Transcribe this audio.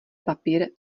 papír